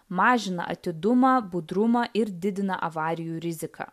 mažina atidumą budrumą ir didina avarijų riziką